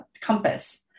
compass